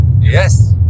Yes